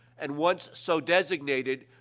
and once so designated,